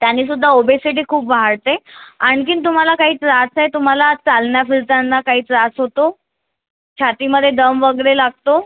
त्यानेसुद्धा obesity खूप वाढते आणखीन तुम्हाला काही त्रास आहे तुम्हाला चालण्या फिरताना काही त्रास होतो छातीमध्ये दम वगैरे लागतो